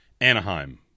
Anaheim